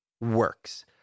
works